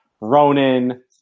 Ronan